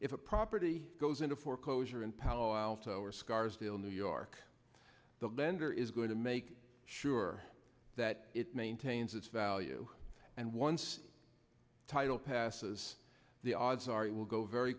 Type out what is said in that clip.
if a property goes into foreclosure in palo alto or scarsdale new york the lender is going to make sure that it maintains its value and once title passes the odds are it will go very